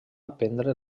aprendre